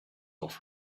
off